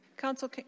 Council